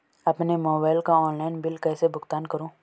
अपने मोबाइल का online bill कैसे भुगतान करूं?